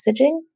messaging